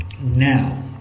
Now